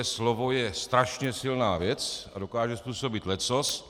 Slovo je strašně silná věc a dokáže způsobit leccos.